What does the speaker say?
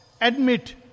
Admit